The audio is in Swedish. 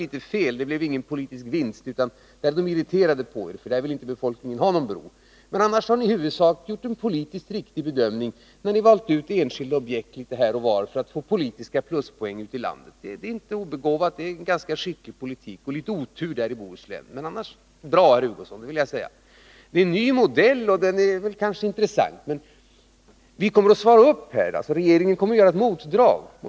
Man blev litet irriterad på er, och där gjorde ni alltså ingen politisk vinst. Annars har ni i huvudsak gjort en riktig politisk bedömning när ni litet här och var har valt ut enskilda objekt för att få politiska pluspoäng ute i landet. Det är inte obegåvat, utan en ganska skickligt förd politik, även om ni hade litet otur i Bohuslän. Denna er nya modell är nog intressant, men vi kommer att svara upp mot den och göra ett motdrag.